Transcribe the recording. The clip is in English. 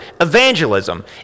Evangelism